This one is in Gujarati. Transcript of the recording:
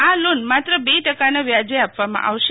આ લોન માત્ર બે ટકાના વ્યાજે આપવામાં આવશે